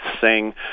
sing